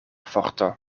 forto